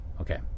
Okay